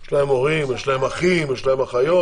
יש להן הורים, יש להן אחים, יש להן אחיות.